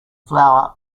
flour